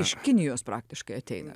iš kinijos praktiškai ateina